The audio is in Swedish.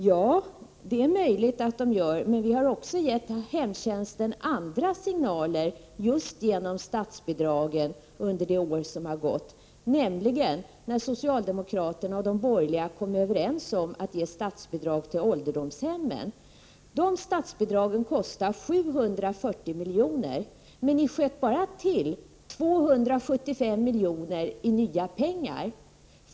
Ja, det är möjligt att de gör det, men hemtjänsten har också fått andra signaler just genom statsbidragen under det år som gått, nämligen då socialdemokraterna och de borgerliga kom överens om att ge statsbidrag till ålderdomshemmen. De statsbidragen kostar 740 milj.kr., men ni tillsköt bara 275 milj.kr. i nya anslag.